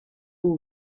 all